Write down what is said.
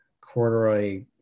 corduroy